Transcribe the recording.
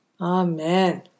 Amen